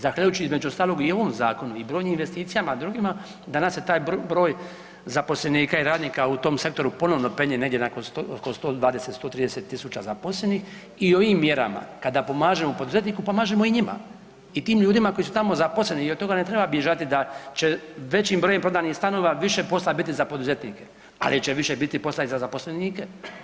Zahvaljujući, između ostalog i ovom zakonu i brojnim investicijama drugima, danas se taj broj zaposlenika i radnika u tom sektoru ponovno penje negdje na 120, 130 tisuća zaposlenih i ovim mjerama kada pomažemo poduzetniku, pomažemo i njima i tim ljudima koji su tamo zaposleni i od toga ne treba bježati da će većim brojem prodanih stanova više posla biti za poduzetnike, ali će više biti posla i za zaposlenike.